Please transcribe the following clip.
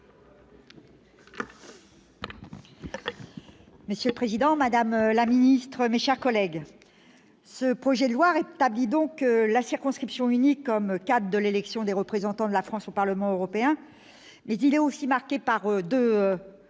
Monsieur le président, madame la ministre, mes chers collègues, le présent projet de loi rétablit la circonscription unique comme cadre de l'élection des représentants de la France au Parlement européen, mais il est aussi marqué par deux atteintes